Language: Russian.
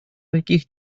таких